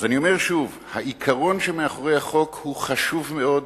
אני אומר שוב שהעיקרון שמאחורי החוק חשוב מאוד